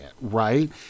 right